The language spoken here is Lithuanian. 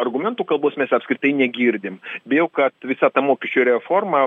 argumentų kalbos mes apskritai negirdim bijau kad visa ta mokesčių reforma